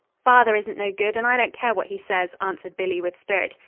father isn't no good, and i don't care what he says, answered billy with spirit.